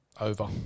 Over